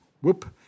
whoop